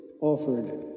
offered